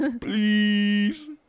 Please